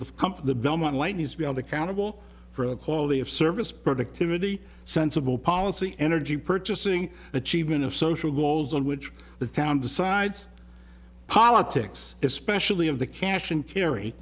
company the belmont light has to be held accountable for the quality of service productivity sensible policy energy purchasing achievement of social goals on which the town decides politics especially of the cash and carry